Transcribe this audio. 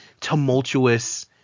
tumultuous